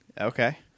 Okay